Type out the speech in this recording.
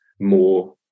more